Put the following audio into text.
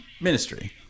Ministry